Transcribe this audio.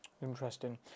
Interesting